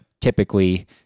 typically